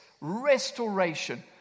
Restoration